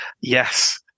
Yes